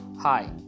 Hi